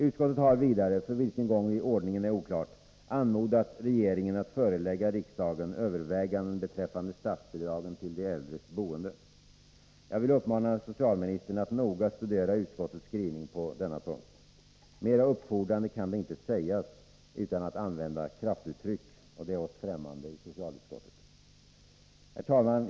Utskottet har vidare — för vilken gång i ordningen är oklart — anmodat regeringen att förelägga riksdagen överväganden beträffande statsbidragen till de äldres boende. Jag vill uppmana socialministern att noga studera utskottets skrivning på denna punkt. Mera uppfordrande kan det inte sägas, utan att man använder kraftuttryck, och det är oss främmande i socialutskottet. Herr talman!